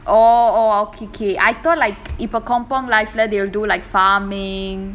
oh oh okay okay I thought like if a kampung life leh they will do like farming